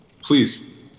please